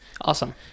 Awesome